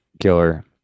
killer